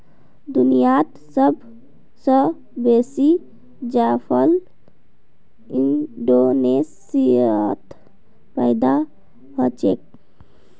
दुनियात सब स बेसी जायफल इंडोनेशियात पैदा हछेक